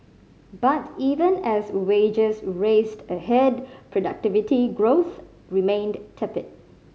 but even as wages raced ahead productivity growth remained tepid